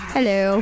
Hello